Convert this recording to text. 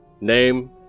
name